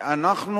זה לא מה שאמרתי.